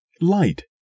Light